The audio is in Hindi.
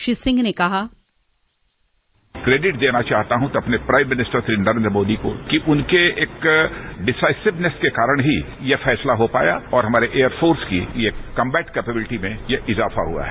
श्री सिंह ने कहा क्रेडिट देना चाहता हूं अपने प्राइम मिनिस्टर नरेन्द्र मोदी को कि उनके एक डिसाइसिवनेस के कारण ही यह फैसला हो पाया और हमारे एयरफोर्स की यह कम्बंट केपेबिलिटी में यह इजाफा हुआ है